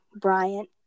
Bryant